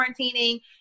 quarantining